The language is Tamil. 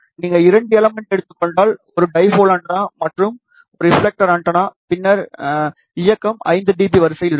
நீங்கள் இரண்டு எலமென்ட் எடுத்துக் கொண்டால் ஒரு டைபோல் ஆண்டெனா மற்றும் ஒரு ரிப்ஃலெக்டர் ஆண்டெனா பின்னர் இயக்கம் 5 dB வரிசையில் இருக்கும்